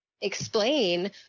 explain